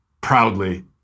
proudly